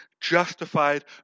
justified